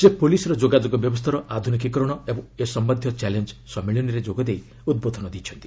ସେ ପ୍ରଲିସ୍ର ଯୋଗାଯୋଗ ବ୍ୟବସ୍ଥାର ଆଧ୍ରନିକୀକରଣ ଏବଂ ଏ ସମ୍ପର୍କିତ ଚ୍ୟାଲେଞ୍ଜ୍ ସମ୍ମିଳନୀରେ ଯୋଗ ଦେଇ ଉଦ୍ବୋଧନ ଦେଇଛନ୍ତି